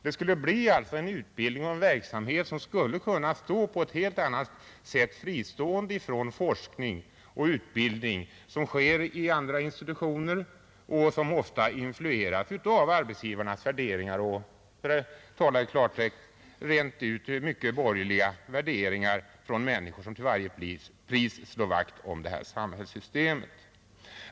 Det skulle alltså bli en utbildning och en verksamhet som skulle vara fristående från sådan forskning och utbildning som nu sker i andra institutioner och som måste ha influerats av arbetsgivarnas värderingar och, för att tala i klartext, mycket borgerliga värderingar från människor som till varje pris vill slå vakt om det nuvarande samhällssystemet.